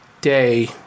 day